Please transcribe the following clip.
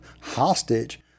hostage